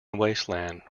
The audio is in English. wasteland